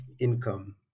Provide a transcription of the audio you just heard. income